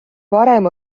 varem